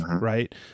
right